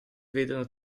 vedono